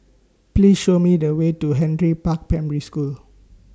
Please Show Me The Way to Henry Park Primary School